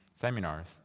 seminars